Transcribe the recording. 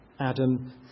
Adam